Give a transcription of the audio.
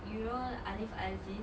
you know Alif Aziz